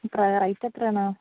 എത്രയാണ് റൈസ് എത്രയാണ്